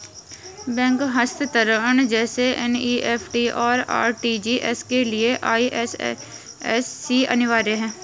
bank हस्तांतरण जैसे NEFT, और आर.टी.जी.एस के लिए आई.एफ.एस.सी अनिवार्य है